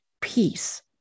peace